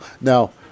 Now